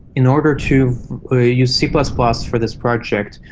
in order to use c plus plus for this project,